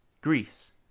Greece